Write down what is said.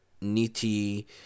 niti